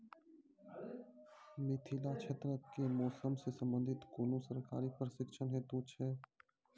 मिथिला क्षेत्रक कि मौसम से संबंधित कुनू सरकारी प्रशिक्षण हेतु छै?